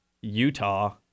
Utah